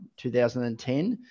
2010